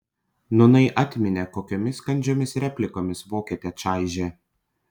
nūnai atminė kokiomis kandžiomis replikomis vokietę čaižė